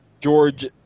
George